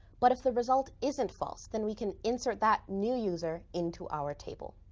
but if the result isn't false, then we can insert that new user into our table.